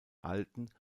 alten